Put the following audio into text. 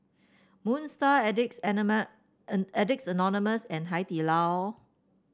Moon Star Addicts and Addicts Anonymous and Hai Di Lao